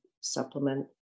supplement